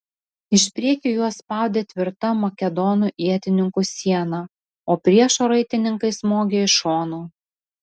iš priekio juos spaudė tvirta makedonų ietininkų siena o priešo raitininkai smogė iš šono